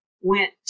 went